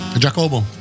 Jacobo